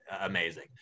amazing